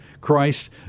Christ